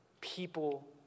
People